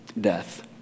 death